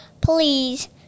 please